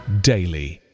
daily